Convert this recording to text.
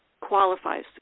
qualifies